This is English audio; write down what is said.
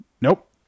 Nope